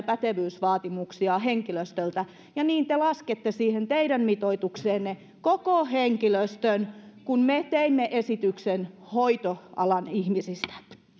pätevyysvaatimuksia henkilöstöltä ja niin te laskette siihen teidän mitoitukseenne koko henkilöstön kun me teimme esityksen hoitoalan ihmisistä